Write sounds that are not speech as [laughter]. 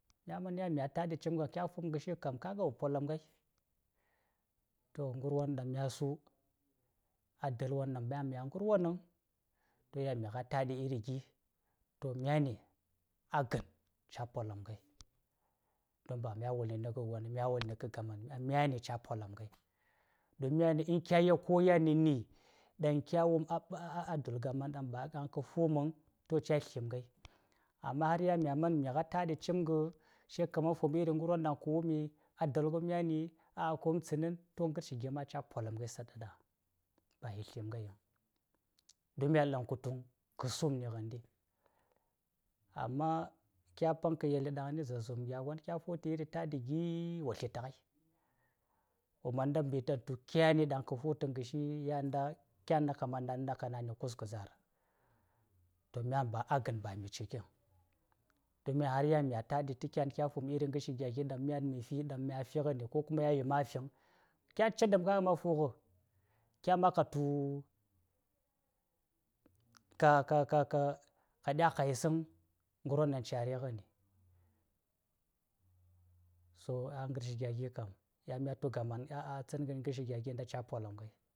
﻿Kya man yan migha taɗi cimga kya fum Ngarshi kam, kaga wo Polamnghai. To ngarwon daŋ myasu a del won daŋ myan migha garwon vaŋ, to yan migha̱ taɗi iri gi:, to myani, a gan, ca polamngahi. To ba mya wul-n ka gonŋ, mya wulni ka gaman ɗaŋ myani ca: polamnghai. Don myani in kya yel ko yan na-ni, ɗaŋ kya wumi a [unintelligible] du̱l gaman daŋ ba kə fu̱m vaŋ, to myani cayi slimnghai. Amma har mya man mi-ngha taɗi cimga, se ka man fu̱m iri ngarwon daŋ ka wumi, a dulgh myani a kọn tsanan, to ngarshi gi ma ca: polamnghai saɗɗaɗa; bayi slimnghai vaŋ. Don mya yelli kutuŋ ka sum ni nghandi. Amma kya paŋ ka yelli danghni zaarsa wom gyagon kyafu̱ ta iri taɗi giwo slitaghai, wo manda mbita ɗaŋ tu kyan ɗan ka fu̱ta narshi, yanda, kyanda ka manda ka nana kus ka zar. To myan ba, a gan, ba mi ciyi vaŋ, don myan har yan migha taɗi ta, kyan, kya fu̱m iri ngarshi gya gin, ɗaŋ myan ma-fi ɗaŋ migha fighani ko kuma yan ma fi vaŋ, kya chetdam ma, ma fu̱-gh kyan ma ka tu: ka-ka-ka-ka-ka: ka dya ka yisaŋ ngarwon ɗaŋ cagha righani so a garshi gya gi kam, myan mya tu gaman a ngarshi gya gi: yan ca: polamnghai.